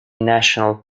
national